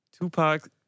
Tupac